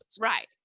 Right